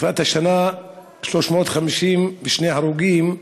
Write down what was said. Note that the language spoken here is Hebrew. מתחילת השנה, 352 הרוגים,